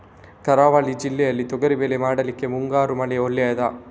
ಕರಾವಳಿ ಜಿಲ್ಲೆಯಲ್ಲಿ ತೊಗರಿಬೇಳೆ ಮಾಡ್ಲಿಕ್ಕೆ ಮುಂಗಾರು ಮಳೆ ಒಳ್ಳೆಯದ?